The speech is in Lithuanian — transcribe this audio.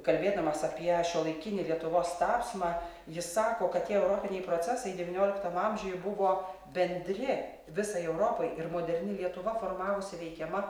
kalbėdamas apie šiuolaikinį lietuvos tapsmą jis sako kad tie europiniai procesai devynioliktam amžiuje buvo bendri visai europai ir moderni lietuva formavosi veikiama